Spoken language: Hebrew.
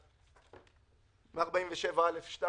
147(א)(2)